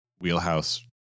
wheelhouse